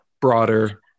Broader